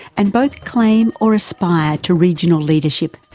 and both claim or aspire to regional leadership.